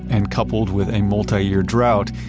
and coupled with a multi-year drought,